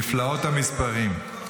נפלאות המספרים.